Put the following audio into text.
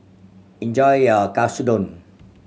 enjoy your Katsudon